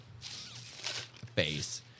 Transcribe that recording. face